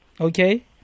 Okay